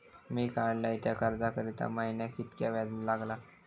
मी काडलय त्या कर्जावरती महिन्याक कीतक्या व्याज लागला?